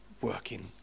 working